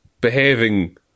behaving